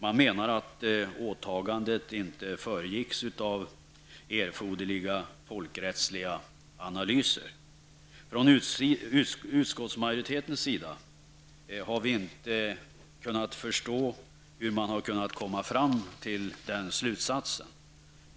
Man anser att åtagandet inte föregicks av erforderliga folkrättsliga analyser. Från utskottsmajoritetens sida har vi inte kunnat förstå, hur man har kunnat komma fram till den slutsatsen.